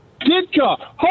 Ditka